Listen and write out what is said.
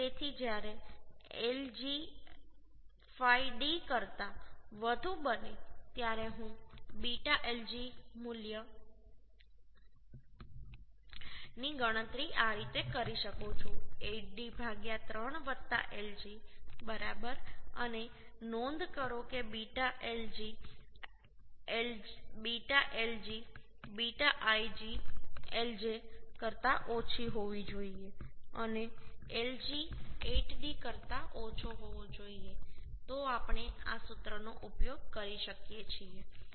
તેથી જ્યારે lg 5d કરતાં વધુ બને ત્યારે હું β lg મૂલ્યની ગણતરી આ રીતે કરી શકું છું 8d 3 lg બરાબર અને નોંધ કરો કે β lg β lj કરતા ઓછો હોવો જોઈએ અને lg 8d કરતા ઓછો હોવો જોઈએ તો આપણે આ સૂત્રનો ઉપયોગ કરી શકીએ છીએ